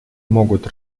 могут